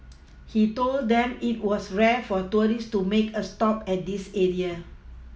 he told them it was rare for tourists to make a stop at this area